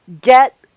get